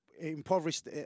impoverished